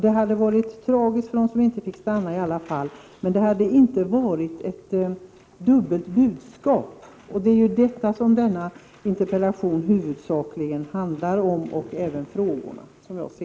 Det hade i alla fall varit tragiskt för den som inte fick stanna, men det hade inte varit ett dubbelt budskap, och det är ju huvudsakligen detta som interpellationen handlar om.